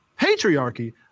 patriarchy